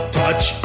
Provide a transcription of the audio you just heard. touch